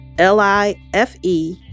l-i-f-e